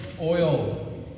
Oil